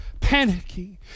panicking